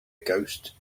ghost